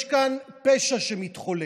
יש כאן פשע שמתחולל.